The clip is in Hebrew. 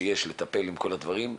שיש לטפל עם כל הדברים.